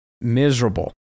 miserable